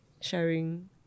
sharing